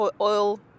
oil